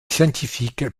scientifiques